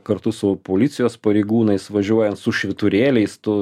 kartu su policijos pareigūnais važiuojant su švyturėliais tu